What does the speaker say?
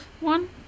one